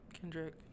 Kendrick